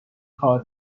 کار